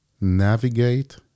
navigate